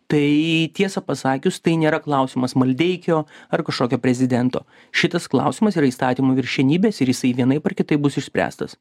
tai tiesa pasakius tai nėra klausimas maldeikio ar kašokio prezidento šitas klausimas yra įstatymų viršenybės ir jisai vienaip ar kitaip bus išspręstas